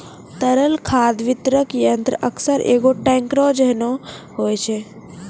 तरल खाद वितरक यंत्र अक्सर एगो टेंकरो जैसनो होय छै